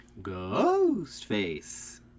Ghostface